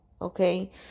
Okay